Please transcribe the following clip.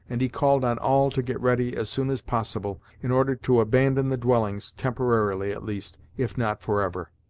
and he called on all to get ready as soon as possible, in order to abandon the dwellings temporarily at least, if not forever.